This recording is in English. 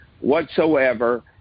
whatsoever